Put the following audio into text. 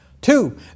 Two